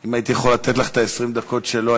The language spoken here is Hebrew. אם הייתי יכול לתת לך את 20 הדקות שלו,